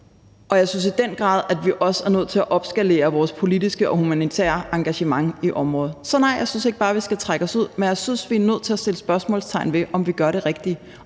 og jeg synes i den grad, at vi også er nødt til at opskalere vores politiske og humanitære engagement i området. Så nej, jeg synes ikke bare, vi skal trække os ud, men jeg synes, vi er nødt til at sætte spørgsmålstegn ved, om vi gør det rigtige.